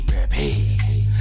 repeat